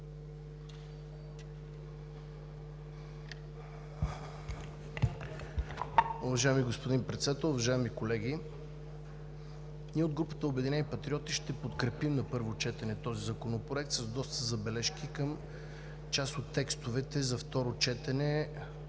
Уважаеми господин Председател, уважаеми колеги! Ние от групата на „Обединени патриоти“ ще подкрепим на първо четене Законопроекта с доста забележки към част от текстовете за второ четене.